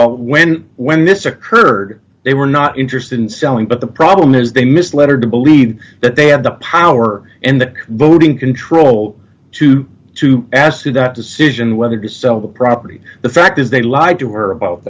all when when this occurred they were not interested in selling but the problem is they misled to believe that they have the power and the voting control to to ask you that decision whether to sell the property the fact is they lied to her about